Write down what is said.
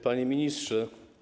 Panie Ministrze!